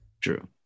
True